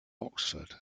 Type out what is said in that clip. oxford